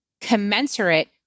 commensurate